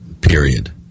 period